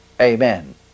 amen